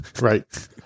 right